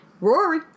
Rory